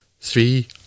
Three